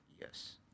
yes